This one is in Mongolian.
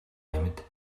амьд